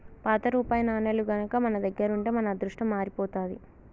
పాత రూపాయి నాణేలు గనక మన దగ్గర ఉంటే మన అదృష్టం మారిపోతాది